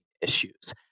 issues